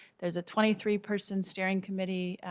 there's a twenty three person steering committee,